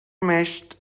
mashed